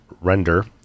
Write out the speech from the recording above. Render